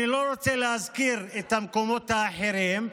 אני לא רוצה להזכיר את המקומות האחרים,